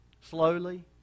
slowly